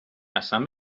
اصلن